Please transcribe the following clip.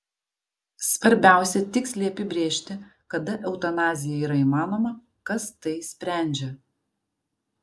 svarbiausia tiksliai apibrėžti kada eutanazija yra įmanoma kas tai sprendžia